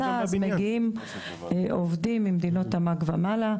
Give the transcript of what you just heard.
אז מגיעים עובדים ממדינות תמ״ג ומעלה,